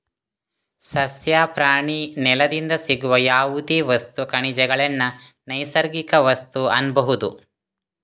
ಸಸ್ಯ, ಪ್ರಾಣಿ, ನೆಲದಿಂದ ಸಿಗುವ ಯಾವುದೇ ವಸ್ತು, ಖನಿಜಗಳನ್ನ ನೈಸರ್ಗಿಕ ವಸ್ತು ಅನ್ಬಹುದು